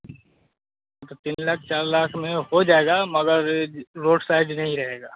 तो तीन लाख चार लाख में हो जाएगा मगर रोड साइड नहीं रहेगा